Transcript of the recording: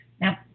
Now